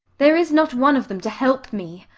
there is not one of them to help me.